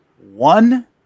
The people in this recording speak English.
One